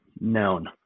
Known